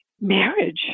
Marriage